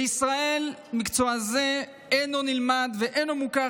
בישראל מקצוע זה אינו נלמד ואינו מוכר